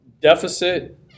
deficit